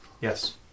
Yes